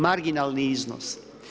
Marginalni iznos.